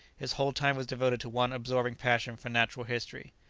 his whole time was devoted to one absorbing passion for natural history.